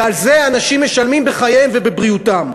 ועל זה אנשים משלמים בחייהם ובבריאותם.